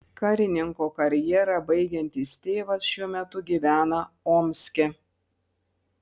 karininko karjerą baigiantis tėvas šiuo metu gyvena omske